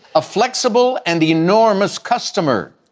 a flexible and enormous customer.